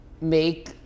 make